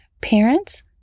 Parents